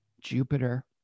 Jupiter